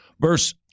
Verse